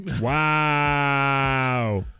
Wow